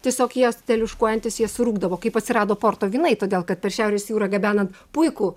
tiesiog jas teliuškuojantys jie surūgdavo kaip atsirado porto vynai todėl kad per šiaurės jūrą gabenant puikų